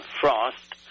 frost